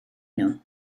nhw